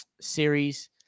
series